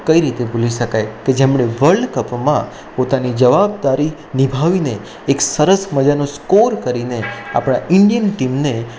કઈ રીતે ભૂલી શકાય કે જેમને વલ્ડ કપમાં પોતાની જવાબદારી નિભાવીને એક સરસ મજાનો સ્કોર કરીને આપણા ઇન્ડિયન ટીમને